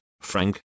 frank